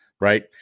Right